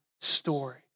story